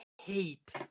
hate